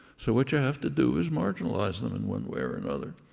so what you have to do is marginalize them in one way or another,